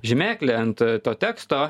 žymeklį ant to teksto